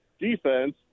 defense